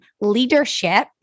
leadership